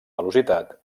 velocitat